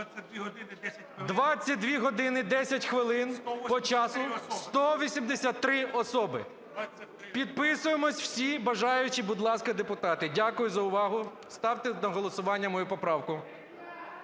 22 години 10 хвилин по часу – 183 особи. Підписуємося всі бажаючі, будь ласка, депутати. Дякую за увагу. Ставте на голосування мою поправку.